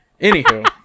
Anywho